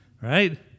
Right